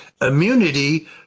immunity